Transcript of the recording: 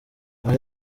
aha